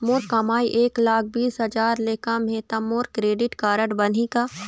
मोर कमाई एक लाख बीस हजार ले कम हे त मोर क्रेडिट कारड बनही का?